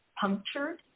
punctured